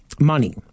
money